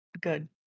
Good